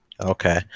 okay